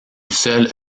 seule